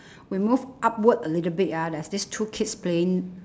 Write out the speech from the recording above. we move upward a little bit ah there's this two kids playing